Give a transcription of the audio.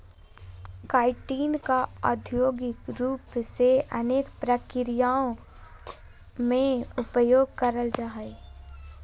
chitin का औद्योगिक रूप से अनेक प्रक्रियाओं में उपयोग करल जा हइ